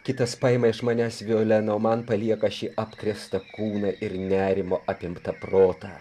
kitas paima iš manęs violeną o man palieka šį apkrėstą kūną ir nerimo apimtą protą